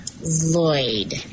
Lloyd